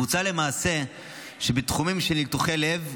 מוצע למעשה שבתחומים של ניתוחי לב,